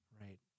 right